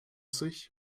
sich